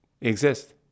exist